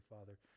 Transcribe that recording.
Father